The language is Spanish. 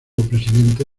presidente